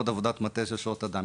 עבודת מטה עם הרבה מאוד שעות עבודה,